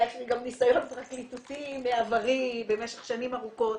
אצלי גם ניסיון בעברי במשך שנים ארוכות.